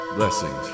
blessings